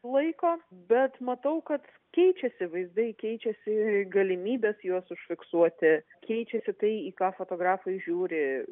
laiko bet matau kad keičiasi vaizdai keičiasi galimybes juos užfiksuoti keičiasi tai į ką fotografai žiūri